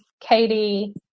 Katie